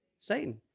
Satan